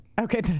Okay